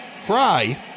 Fry